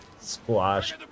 Squash